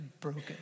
broken